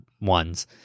ones